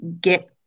get